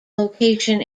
location